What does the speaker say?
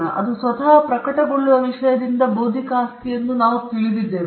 ಆದ್ದರಿಂದ ಅದು ಸ್ವತಃ ಪ್ರಕಟಗೊಳ್ಳುವ ವಿಷಯದಿಂದ ಬೌದ್ಧಿಕ ಆಸ್ತಿಯನ್ನು ನಾವು ತಿಳಿದಿದ್ದೇವೆ